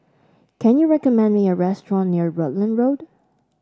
can you recommend me a restaurant near Rutland Road